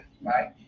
right